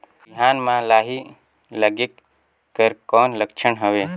बिहान म लाही लगेक कर कौन लक्षण हवे?